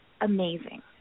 amazing